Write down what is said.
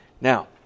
Now